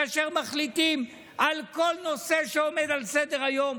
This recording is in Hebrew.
כאשר מחליטים על כל נושא שעומד על סדר-היום,